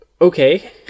okay